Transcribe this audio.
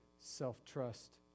self-trust